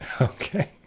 Okay